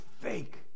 fake